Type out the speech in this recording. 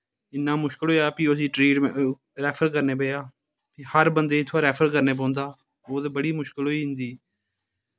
इन्ना मुश्कल होआ फ्ही असें रैफर करना पेआ हर बंदे इत्थआं रैफर करना पौंदा बहुत बड़ी मुश्कल होई जंदी